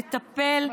לטפל,